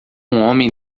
homem